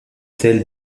tel